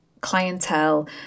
clientele